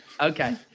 Okay